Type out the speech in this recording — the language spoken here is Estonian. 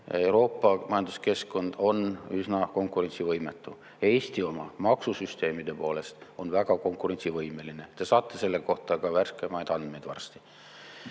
Euroopa majanduskeskkond on üsna konkurentsivõimetu. Eesti on oma maksusüsteemi poolest väga konkurentsivõimeline. Te saate selle kohta varsti ka värskemaid andmeid.